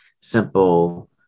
simple